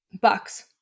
Bucks